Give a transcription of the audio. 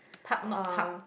part not park